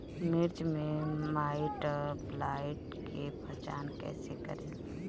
मिर्च मे माईटब्लाइट के पहचान कैसे करे?